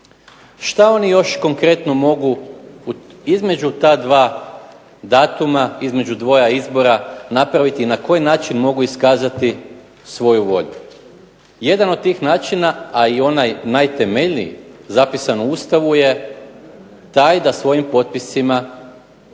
Šta oni još konkretno mogu između ta dva datuma, između dva izbora napraviti i na koji način mogu iskazati svoju volju? Jedan od tih načina, a i onaj najtemeljniji zapisan u Ustavu je taj da svojim potpisima